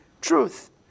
truth